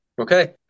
okay